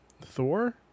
thor